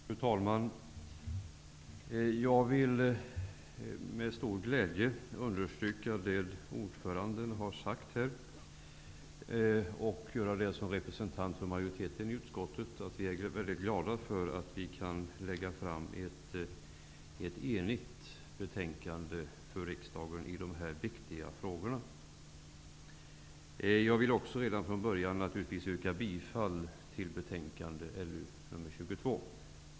Fru talman! Jag vill med stor glädje understryka det som utskottets ordförande har sagt här, och det gör jag som representant för majoriteten i utskottet. Vi är väldigt glada för att vi kan lägga fram ett enigt betänkande för riksdagen i dessa viktiga frågor. Jag vill naturligtvis också yrka bifall till hemställan i betänkande LU22.